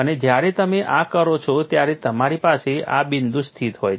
અને જ્યારે તમે આ કરો છો ત્યારે તમારી પાસે આ બિંદુ સ્થિત હોય છે